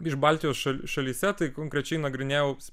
iš baltijos šalių šalyse tai konkrečiai nagrinėjau